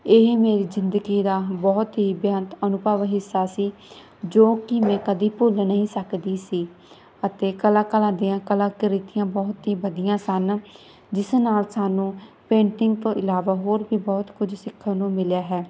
ਇਹ ਮੇਰੀ ਜ਼ਿੰਦਗੀ ਦਾ ਬਹੁਤ ਹੀ ਬੇਅੰਤ ਅਨੁਭਵ ਹਿੱਸਾ ਸੀ ਜੋ ਕਿ ਮੈਂ ਕਦੇ ਭੁੱਲ ਨਹੀਂ ਸਕਦੀ ਸੀ ਅਤੇ ਕਲਾਕਾਰਾਂ ਦੀਆਂ ਕਲਾਕ੍ਰਿਤੀਆਂ ਬਹੁਤ ਹੀ ਵਧੀਆਂ ਸਨ ਜਿਸ ਨਾਲ ਸਾਨੂੰ ਪੇਂਟਿੰਗ ਤੋਂ ਇਲਾਵਾ ਹੋਰ ਵੀ ਬਹੁਤ ਕੁਝ ਸਿੱਖਣ ਨੂੰ ਮਿਲਿਆ ਹੈ